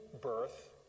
birth